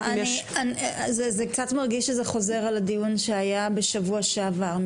זה קצת מרגיש שזה חוזר על הדיון שהיה בשבוע שעבר,